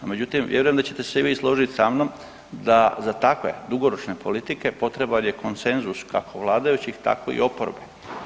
No međutim, vjerujem i da ćete se vi složiti sa mnom, da za takve dugoročne politike potreban je konsenzus kako vladajućih tako i oporbe.